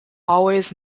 always